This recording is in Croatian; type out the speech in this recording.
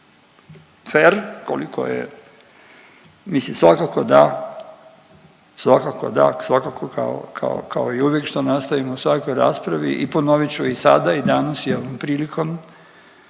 fer koliko je mislim svakako da, svakako da, svakako kao, kao, kao i uvijek što nastojimo u svakoj raspravi i ponovit ću i sada i danas i ovom prilikom,